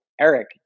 Eric